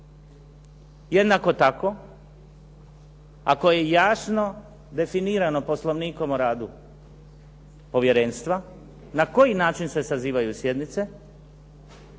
Jednako tako ako je jasno definirano Poslovnikom o radu Povjerenstva na koji način se sazivaju sjednice,